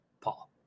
Paul